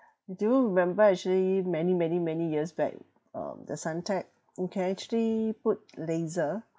do you remember actually many many many years back um the suntec you can actually put laser